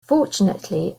fortunately